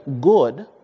good